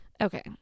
okay